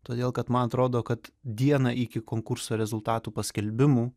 todėl kad man atrodo kad dieną iki konkurso rezultatų paskelbimų